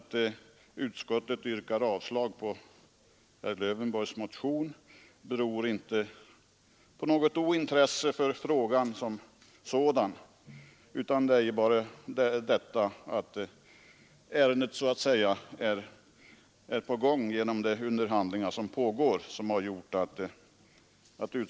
Att utskottet yrkar avslag på herr Lövenborgs motion beror inte på ointresse för frågan som sådan, utan det beror på att ärendet så att säga är på gång.